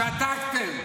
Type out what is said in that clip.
שתקתם.